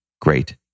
great